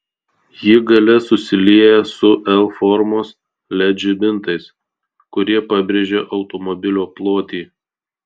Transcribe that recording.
ji gale susilieja su l formos led žibintais kurie pabrėžia automobilio plotį